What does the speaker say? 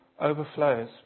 overflows